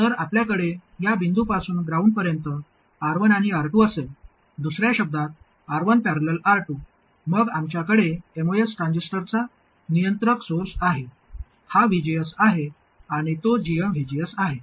तर आपल्याकडे या बिंदूपासून ग्राउंड पर्यंत R1 आणि R2 असेल दुसर्या शब्दात R1 ।। R2 मग आमच्याकडे एमओएस ट्रान्झिस्टरचा नियंत्रक सोर्स आहे हा VGS आहे आणि तो gmVGS आहे